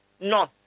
None